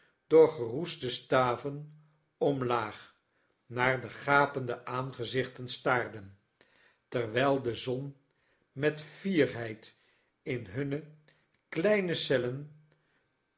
door geroeste staven omaag naar de gapende aangezichten staarden terwijl de zon metfierheid in hunne kleine cellen